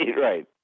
right